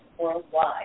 worldwide